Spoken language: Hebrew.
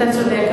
אתה צודק,